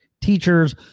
Teachers